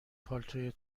پالتوی